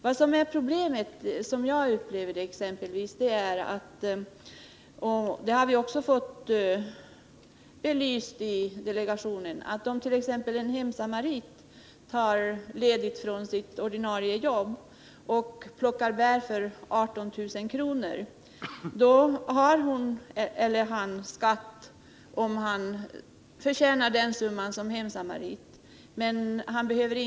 Vad som är problemet, som jag upplever det, är exempelvis att — och det har vi också fått belyst i delegationen — en hemsamarit kan ta ledigt från sitt ordinarie jobb och plocka bär för 18 000 kr. utan att behöva betala skatt för den summan, om bärplockningen görs skattefri.